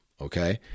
okay